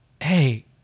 Hey